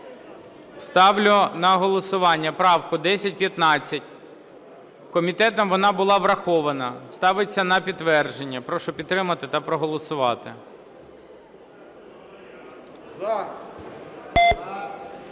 Ставлю на голосування правку 1015. Комітетом вона була врахована. Ставиться на підтвердження. Прошу підтримати та проголосувати.